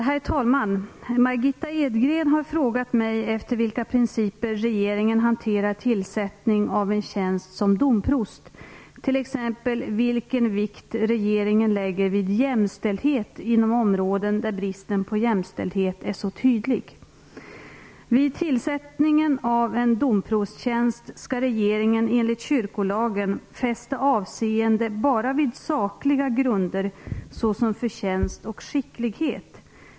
Herr talman! Margitta Edgren har frågat mig efter vilka principer regeringen hanterar tillsättning av en tjänst som domprost, t.ex. vilken vikt regeringen lägger vid jämställdhet inom områden där bristen på jämställdhet är så tydlig. Vid tillsättningen av en domprosttjänst skall regeringen enligt kyrkolagen fästa avseende bara vid sakliga grunder såsom förtjänst och skicklighet.